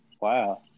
Wow